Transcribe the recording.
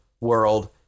world